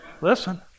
Listen